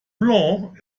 blanc